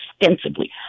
extensively